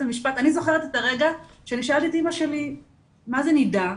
המשפט 'אני זוכרת את הרגע ששאלתי את אמא שלי 'מה זה נידה'